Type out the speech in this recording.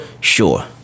sure